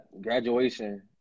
Graduation